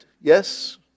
yes